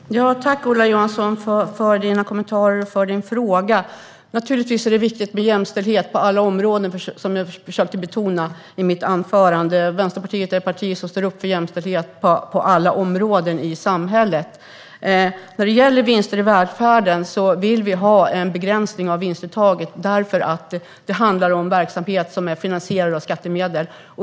Fru talman! Tack, Ola Johansson, för dina kommentarer och din fråga! Det är naturligtvis viktigt med jämställdhet på alla områden, vilket jag försökte betona i mitt anförande. Vänsterpartiet är det parti som står upp för jämställdhet på alla områden i samhället. När det gäller vinster i välfärden vill vi ha en begränsning av vinstuttaget eftersom det handlar om verksamhet som är finansierad av skattemedel.